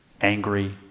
angry